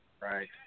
Right